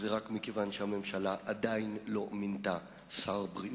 זה רק מכיוון שהממשלה עדיין לא מינתה שר בריאות.